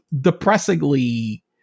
depressingly